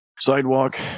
sidewalk